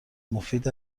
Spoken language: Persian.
مفید